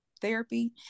therapy